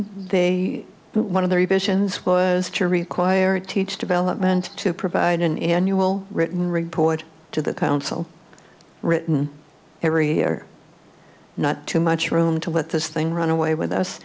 they one of the revisions was to require teach development to provide an annual written report to the council written every year not too much room to let this thing run away with us